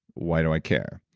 why do i care?